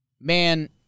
man